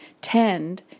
tend